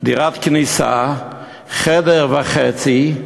דירת כניסה של חדר וחצי,